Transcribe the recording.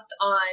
on